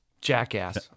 Jackass